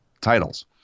titles